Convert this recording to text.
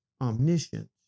omniscience